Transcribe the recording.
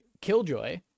Killjoy